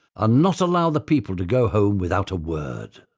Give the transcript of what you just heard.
ah not allow the people to go home without a word.